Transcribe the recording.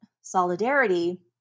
solidarity